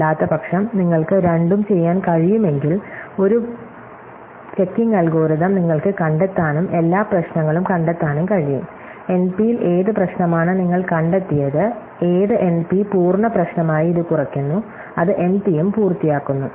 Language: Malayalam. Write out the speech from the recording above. അല്ലാത്തപക്ഷം നിങ്ങൾക്ക് രണ്ടും ചെയ്യാൻ കഴിയുമെങ്കിൽ നിങ്ങൾക്ക് ഒരു ചെക്കിംഗ് അൽഗോരിതം കണ്ടെത്താനും എല്ലാ പ്രശ്നങ്ങളും കണ്ടെത്താനും കഴിയും എൻപിയിൽ ഏത് പ്രശ്നമാണ് നിങ്ങൾ കണ്ടെത്തിയത് ഏത് എൻപി പൂർണ്ണ പ്രശ്നമായി ഇത് കുറയ്ക്കുന്നു അത് എൻപിയും പൂർത്തിയാക്കുന്നു